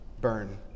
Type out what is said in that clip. burn